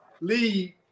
lead